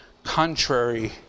Contrary